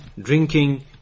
drinking